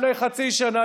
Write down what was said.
לפני חצי שנה,